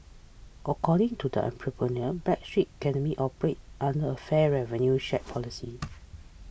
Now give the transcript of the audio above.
according to the entrepreneur Backstreet Academy operates under a fair revenue share policy